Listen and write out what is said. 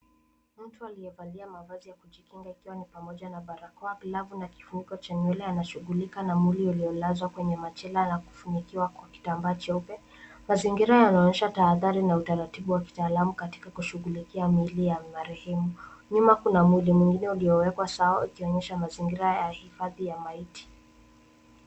Mtu aliyevalia mavazi ya kujikinga ikiwa ni pamoja na barakoa, glavu na kifuniko cha nywele anashughulika na mwili uliolazwa kwenye machela na kufunikiwa kwa kitambaa cheupe. Mazingira yanaonyesha tahadhari na utaratibu wa kitaalamu katika kushughulikia miili ya marehemu. Nyuma kuna mwili mwingine uliowekwa sawa ukionyesha mazingira ya hifadhi ya maiti.